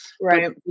Right